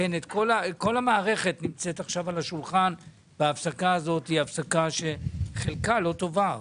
כל המערכת נמצאת עכשיו על השולחן וההפסקה הזאת חלקה לא טובה.